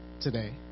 today